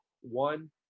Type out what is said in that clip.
one